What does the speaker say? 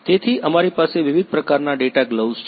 તેથી અમારી પાસે વિવિધ પ્રકારના ડેટા ગ્લોવ્સ છે